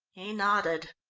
he nodded.